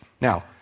Now